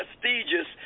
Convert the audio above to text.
prestigious